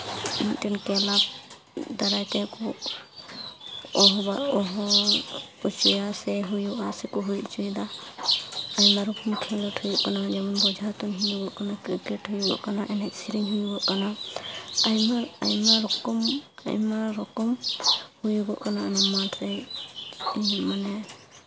ᱢᱤᱫᱴᱟᱱ ᱠᱞᱟᱵᱽ ᱫᱟᱨᱟᱭ ᱛᱮᱠᱚ ᱦᱚᱦᱚ ᱦᱚᱪᱚᱭᱟ ᱥᱮ ᱦᱩᱭᱩᱜᱼᱟ ᱥᱮᱠᱚ ᱦᱩᱭ ᱦᱚᱪᱚᱭᱫᱟ ᱟᱭᱢᱟ ᱨᱚᱠᱚᱢ ᱠᱷᱮᱞᱚᱸᱰ ᱦᱩᱭᱩᱜ ᱠᱟᱱᱟ ᱮᱢᱚᱱ ᱵᱳᱡᱷᱟ ᱛᱩᱧ ᱦᱩᱭᱩᱜᱚᱜ ᱠᱟᱱᱟ ᱠᱨᱤᱠᱮ ᱴ ᱦᱩᱭᱩᱜᱚᱜ ᱠᱟᱱᱟ ᱮᱱᱮᱡᱼᱥᱮᱨᱮᱧ ᱦᱩᱭᱩᱜᱚᱜ ᱠᱟᱱᱟ ᱟᱭᱢᱟ ᱟᱭᱢᱟ ᱨᱚᱠᱚᱢ ᱟᱭᱢᱟ ᱨᱚᱠᱚᱢ ᱦᱩᱭᱩᱜᱚᱜ ᱠᱟᱱᱟ ᱚᱱᱟ ᱢᱟᱴᱷ ᱨᱮ ᱤᱧ ᱢᱟᱱᱮ